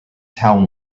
town